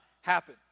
happen